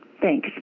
Thanks